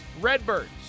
Redbirds